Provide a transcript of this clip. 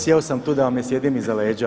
Sjeo sam tu da vam ne sjedim iza leđa.